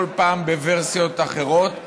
כל פעם בוורסיה אחרת.